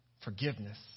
forgiveness